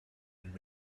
and